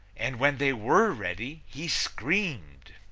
and when they were ready, he screamed.